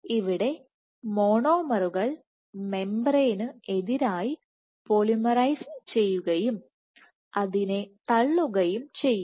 അവിടെ മോണോമറുകൾ മെംബറേന് എതിരായി പോളിമറൈസ് ചെയ്യുകയും അതിനെ തള്ളുകയും ചെയ്യും